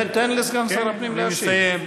תן לסגן שר הפנים להשיב.